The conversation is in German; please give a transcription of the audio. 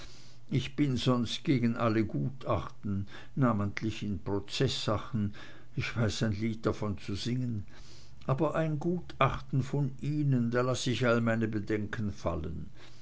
ich bin sonst gegen alle gutachten namentlich in prozeßsachen ich weiß ein lied davon zu singen aber ein gutachten von ihnen da laß ich all meine bedenken fallen